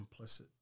complicit